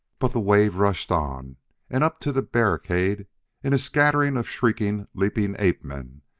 but the wave rushed on and up to the barricade in a scattering of shrieking, leaping ape-man,